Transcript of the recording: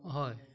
হয়